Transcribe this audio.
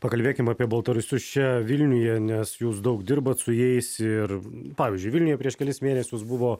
pakalbėkim apie baltarusius čia vilniuje nes jūs daug dirbat su jais ir pavyzdžiui vilniuje prieš kelis mėnesius buvo